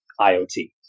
IoT